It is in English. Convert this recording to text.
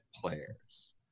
players